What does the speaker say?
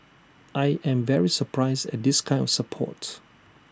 I am very surprised at this kind of support